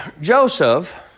Joseph